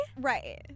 right